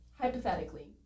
hypothetically